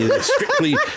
Strictly